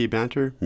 Banter